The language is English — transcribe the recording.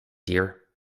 dear